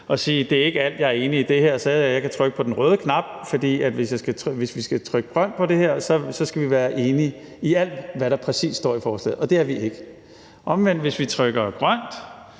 at sige, at det ikke er alt, vi er enige i her, og så kan vi trykke på den røde knap; for hvis vi skal trykke grønt på det her, skal vi være enige i alt, hvad der præcis står i forslaget, og det er vi ikke. Omvendt, hvis vi trykker på